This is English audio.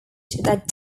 that